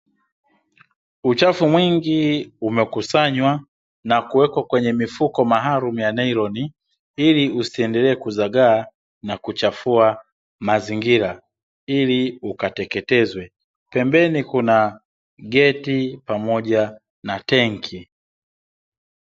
Uchafu mwingi umekusanywa na kuwekwa kwenye mifuko maalumu ya nailoni ili usiendelee kuzagaa na kuchafua mazingira, ili ukateketezwe. Pembeni kuna geti pamoja na tenki.